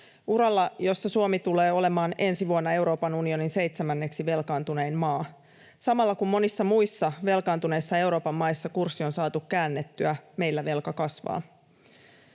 uralla, jossa Suomi tulee olemaan ensi vuonna Euroopan unionin seitsemänneksi velkaantunein maa. Samalla, kun monissa muissa velkaantuneissa Euroopan maissa kurssi on saatu käännettyä, meillä velka kasvaa.